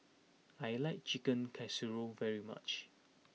I like Chicken Casserole very much